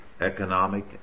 economic